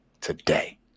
today